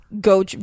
go